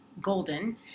golden